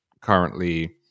currently